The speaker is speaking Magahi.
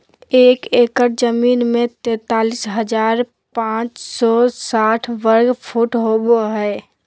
एक एकड़ जमीन में तैंतालीस हजार पांच सौ साठ वर्ग फुट होबो हइ